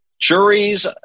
juries